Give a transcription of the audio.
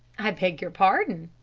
i beg your pardon,